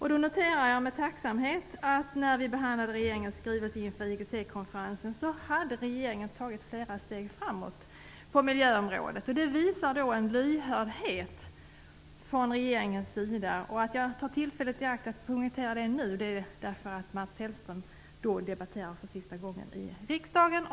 Jag noterar med tacksamhet att när vi behandlade regeringens skrivelse inför IGC hade regeringen tagit flera steg framåt på miljöområdet. Det visar en lyhördhet från regeringens sida. Jag tar tillfället i akt att poängtera det nu eftersom Mats Hellström i dag debatterar för sista gången i riksdagen.